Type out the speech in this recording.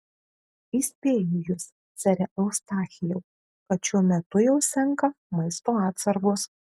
įspėju jus sere eustachijau kad šiuo metu jau senka maisto atsargos